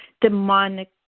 demonic